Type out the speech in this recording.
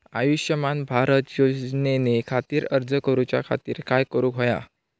आयुष्यमान भारत योजने खातिर अर्ज करूच्या खातिर काय करुक होया?